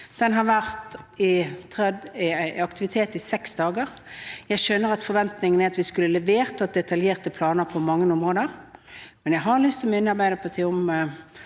Den har vært i aktivitet i seks dager. Jeg skjønner at forventningene er at vi skulle ha levert, at vi skulle hatt detaljerte planer på mange områder, men jeg har lyst til å minne Arbeiderpartiet om